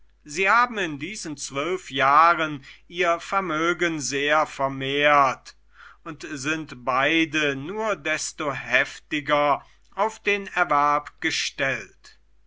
sie haben in diesen zwölf jahren ihr vermögen sehr vermehrt und sind beide nur desto heftiger auf den erwerb gestellt